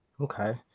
Okay